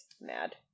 mad